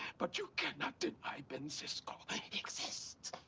but you cannot deny ben cisco exists.